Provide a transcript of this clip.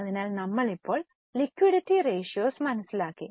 അതിനാൽ നമ്മൾ ഇപ്പോൾ ലിക്വിഡിറ്റി റേഷ്യോസ് മനസിലാക്കി